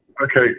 Okay